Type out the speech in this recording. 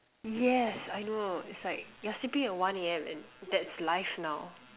yes I know it's like you're sleeping at one A_M and that's life now